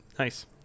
Nice